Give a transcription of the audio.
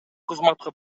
кызматка